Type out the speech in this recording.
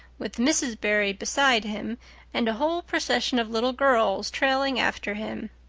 with mrs. barry beside him and a whole procession of little girls trailing after him.